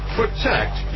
protect